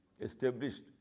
established